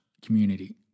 Community